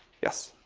yes.